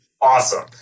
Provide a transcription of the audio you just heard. awesome